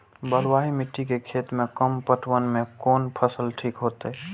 बलवाही मिट्टी के खेत में कम पटवन में कोन फसल ठीक होते?